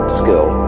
skill